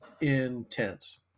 intense